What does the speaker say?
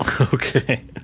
okay